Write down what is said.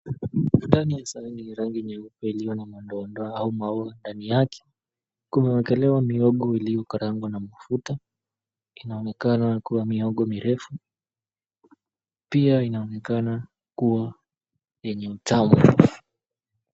Ndani ya sahani ya rangi nyeupe iliyo na madoadoa au maua ndani yake. Kumewekelewa mihogo iliyokarangwa na mafuta. Inaonekana kuwa mihogo mirefu, pia inaonekana kuwa yenye utamu.